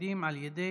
ותלמידים על ידי